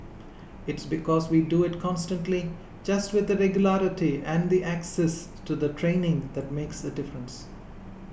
its because we do it constantly just with the regularity and the access to the training that makes a difference